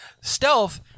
Stealth